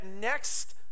next